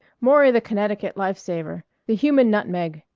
maury the connecticut life-saver. the human nutmeg.